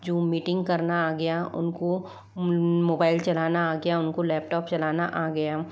zoom meeting करना आ गया इनको मोबाइल चलाना आ गया उनको लैपटॉप चलाना आ गया